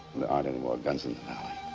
aren't any more guns in the valley.